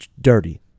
dirty